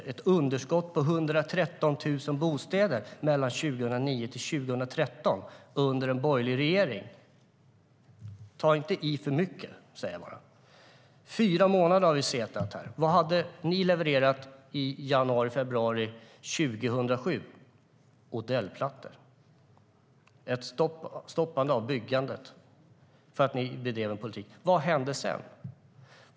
Det är ett underskott på 113 000 bostäder mellan 2009 och 2013, alltså under en borgerlig regering. Ta inte i för mycket, säger jag bara! Vi har suttit i fyra månader. Vad hade ni levererat i januari eller februari 2007? Jo, ni hade levererat Odellplattor och ett stopp för byggandet med den politik ni bedrev. Vad hände sedan?